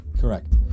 Correct